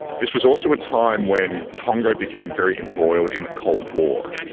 this was also a time when congo became very embroiled in the cold war.